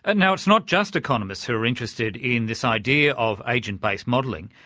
ah now it's not just economists who are interested in this idea of agent-based modelling.